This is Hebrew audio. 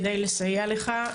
כדי לסייע לך.